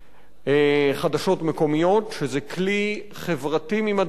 חדשות מקומיות, שזה כלי חברתי ממדרגה ראשונה,